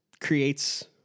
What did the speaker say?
creates